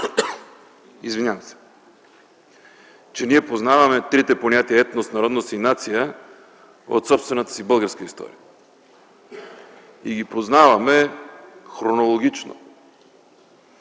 въпроси, че ние познаваме трите понятия – етнос, народност и нация, от собствената си българска история, и ги познаваме хронологично.